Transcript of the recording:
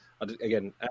again